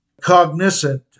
cognizant